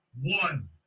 one